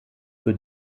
für